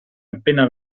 appena